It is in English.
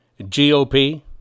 GOP